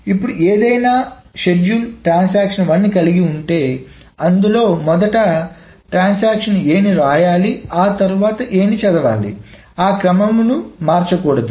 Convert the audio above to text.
ఇప్పుడు ఏదైనా schedule transaction ను కలిగి ఉంటే అందులో మొదట ట్రాన్సాక్షన్ A ని రాయాలి ఆ తర్వాత A ని చదవాలి ఆ క్రమమును మార్చకూడదు